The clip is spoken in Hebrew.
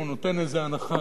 הוא נותן איזה הנחה,